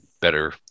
better